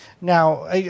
Now